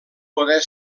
poder